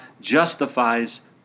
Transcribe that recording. justifies